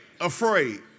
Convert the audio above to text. Afraid